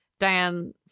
Diane